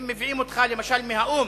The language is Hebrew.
אם מביאים אותך למשל מהאו"ם,